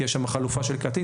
כי יש שם חלופה של קטין,